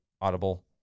Audible